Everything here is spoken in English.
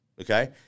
Okay